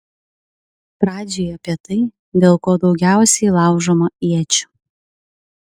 pradžiai apie tai dėl ko daugiausiai laužoma iečių